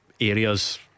areas